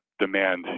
demand